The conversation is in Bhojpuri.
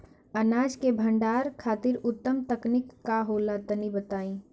अनाज के भंडारण खातिर उत्तम तकनीक का होला तनी बताई?